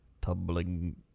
tumbling